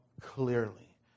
clearly